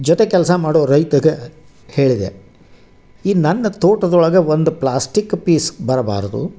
ಜೊತೆ ಕೆಲಸ ಮಾಡೊ ರೈತಗ ಹೇಳ್ದೆ ಈ ನನ್ನ ತೋಟ್ದೊಳಗೆ ಒಂದು ಪ್ಲಾಸ್ಟಿಕ್ ಪೀಸ್ ಬರ್ಬಾರದು